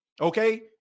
okay